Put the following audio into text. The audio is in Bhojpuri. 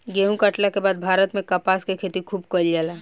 गेहुं काटला के बाद भारत में कपास के खेती खूबे कईल जाला